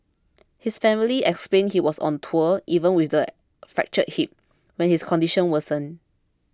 his family explained he was on tour even with the fractured hip when his condition worsened